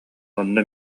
онно